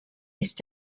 ist